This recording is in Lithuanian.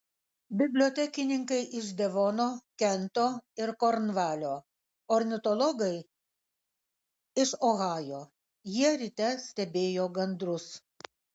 bibliotekininkai iš devono kento ir kornvalio ornitologai iš ohajo jie ryte stebėjo gandrus